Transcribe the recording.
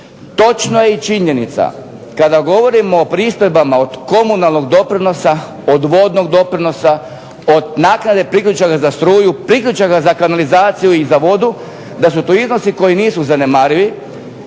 Točna je i činjenica kada govorimo o pristojbama od komunalnog doprinosa, od vodnog doprinosa, od naknade priključaka za struju, priključaka za kanalizaciju i za vodu, da su to iznosi koji nisu zanemarivi